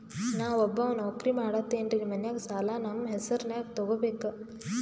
ನಾ ಒಬ್ಬವ ನೌಕ್ರಿ ಮಾಡತೆನ್ರಿ ಮನ್ಯಗ ಸಾಲಾ ನಮ್ ಹೆಸ್ರನ್ಯಾಗ ತೊಗೊಬೇಕ?